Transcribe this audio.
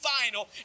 final